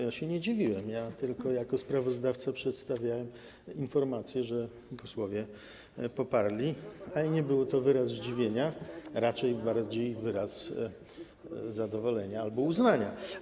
Ja się nie dziwiłem, ja tylko jako sprawozdawca przedstawiałem informacje, że posłowie to poparli, ale nie był to wyraz zdziwienia, raczej bardziej wyraz zadowolenia albo uznania.